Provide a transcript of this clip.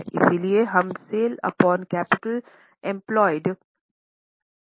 इसलिए हम sales upon capital employed है